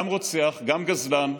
גם רוצח, גם גזלן.